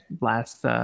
last